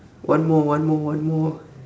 one more one more one more